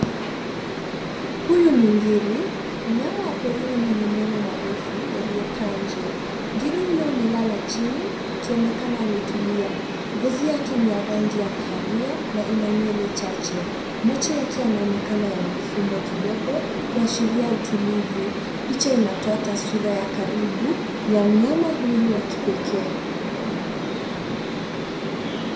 Huyu ni ng'iri, mnyama wa porini mwenye meno marefu yaliyokaa nje. Ngiri huyo amelala chini akionekana ametulia. Ngozi yake ni ya rangi ya kahawia na ina nywele chache. Macho yake yanaonekana yamefumbwa kidogo, kuashiria utulivu. Picha inatoa taswira ya karibu ya mnyama huyu wa kipekee.